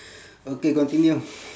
okay continue